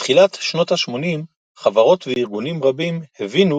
בתחילת שנות השמונים חברות וארגונים רבים הבינו